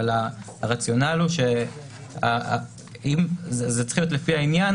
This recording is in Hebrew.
אבל הרציונל הוא שזה צריך להיות לפי העניין,